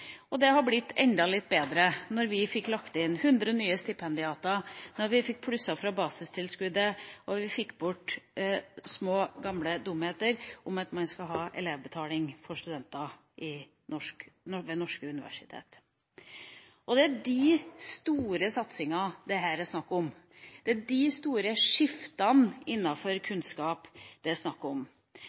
og det har blitt enda litt bedre når vi fikk lagt inn 100 nye stipendiater, når vi fikk plusset på basistilskuddet, og når vi fikk bort små, gamle dumheter om at man skal ha elevbetaling for studenter ved norske universiteter. Det er disse store satsingene det her er snakk om. Det er disse store skiftene innenfor kunnskap det er snakk om.